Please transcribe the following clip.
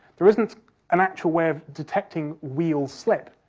there isn't an actual way of detecting wheel slip,